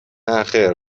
نخیر